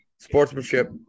Sportsmanship